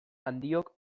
handiok